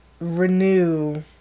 renew